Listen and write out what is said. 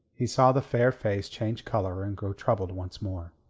he saw the fair face change colour and grow troubled once more.